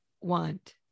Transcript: want